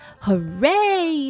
Hooray